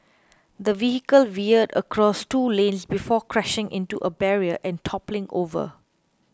the vehicle veered across two lanes before crashing into a barrier and toppling over